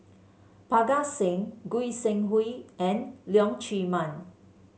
Parga Singh Goi Seng Hui and Leong Chee Mun